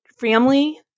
family